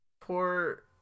Poor